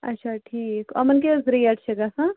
اچھا ٹھیٖک یِمَن کیاہ حظ ریٹ چھِ گَژھان